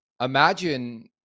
Imagine